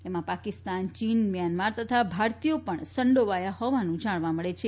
એમાં પાકિસ્તાન ચીન મ્યાનમાર તથા ભારતીયો પણ સંડોવાયા હોવાનું જાણવા મળે છે